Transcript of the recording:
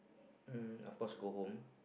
um of course go home